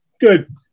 Good